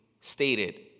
stated